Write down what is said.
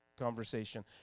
Conversation